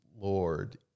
lord